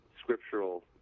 scriptural